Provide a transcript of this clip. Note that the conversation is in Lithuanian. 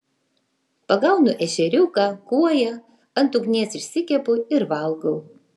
pagaunu ešeriuką kuoją ant ugnies išsikepu ir valgau